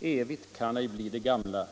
”Evigt kan ej bli det gamla.